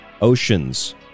oceans